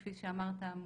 כפי שאמרת,